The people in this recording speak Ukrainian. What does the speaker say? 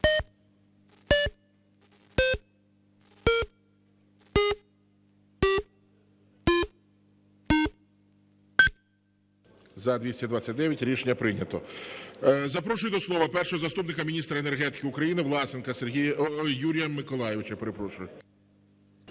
За-229 Рішення прийнято. Запрошую до слова першого заступника міністра енергетики України Власенка Юрія Миколайовича.